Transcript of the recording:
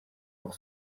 pour